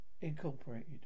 Incorporated